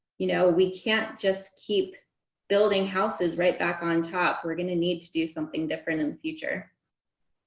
you know we can't just keep building houses right back on top. we're going to need to do something different in the future.